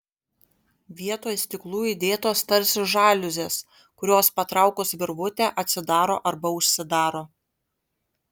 vietoj stiklų įdėtos tarsi žaliuzės kurios patraukus virvutę atsidaro arba užsidaro